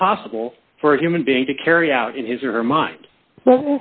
be possible for a human being to carry out in his or her mind